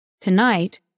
Tonight